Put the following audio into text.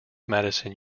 madison